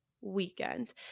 weekend